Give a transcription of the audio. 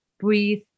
breathe